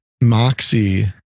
moxie